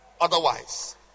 Otherwise